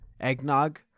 eggnog